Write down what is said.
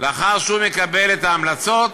לאחר שהוא מקבל את ההמלצות